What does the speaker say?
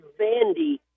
Vandy